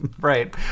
Right